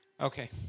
Okay